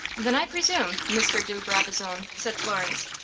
then, i presume, mr. de brabazon, said florence,